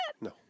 No